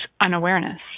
unawareness